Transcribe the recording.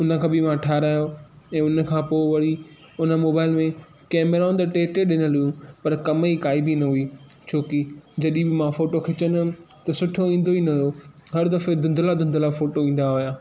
उनखां बि मां ठहारायो ऐं उनखां पोइ वरी उन मोबाइल में कैमराउनि त टे टे ॾिनल हुइयूं पर कमु ई काई बि न हुई छोकि जॾहिं बि मां फ़ोटो खिचंदो हुयमि त सुठो ईंदो ई न हुयो हर दफ़े धुंदला धुंदला फ़ोटो ईंदा हुया